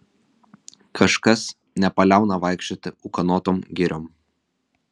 kažkas nepaliauna vaikščioti ūkanotom giriom